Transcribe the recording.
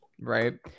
right